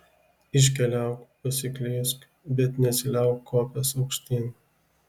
iškeliauk pasiklysk bet nesiliauk kopęs aukštyn